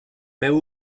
feu